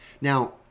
Now